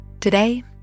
Today